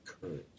courage